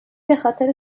بخاطر